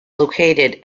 located